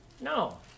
No